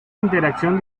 interacción